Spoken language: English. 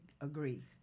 agree